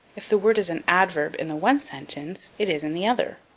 if the word is an adverb in the one sentence it is in the other.